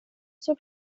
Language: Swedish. såg